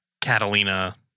Catalina